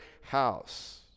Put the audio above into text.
house